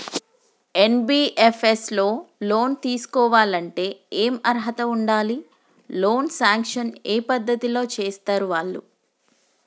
NBFS లో loan తీస్కోవాలంటే ఏం అర్హత ఉండాలి? లోన్ సాంక్షన్ ఏ పద్ధతి లో చేస్తరు వాళ్లు?